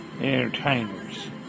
entertainers